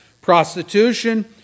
prostitution